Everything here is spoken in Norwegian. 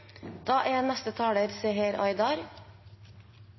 Da har representanten Seher Aydar